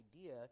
idea